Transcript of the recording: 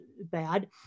bad